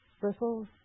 bristles